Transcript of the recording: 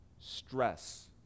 stress